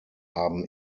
haben